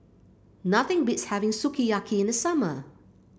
nothing beats having Sukiyaki in the summer